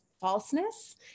falseness